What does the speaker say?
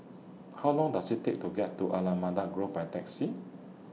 How Long Does IT Take to get to Allamanda Grove By Taxi